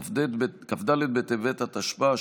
כ"ד בטבת התשפ"א,